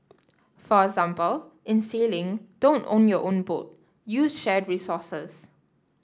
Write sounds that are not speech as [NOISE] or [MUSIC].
[NOISE] for example in sailing don't own your own boat use shared resources